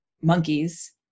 monkeys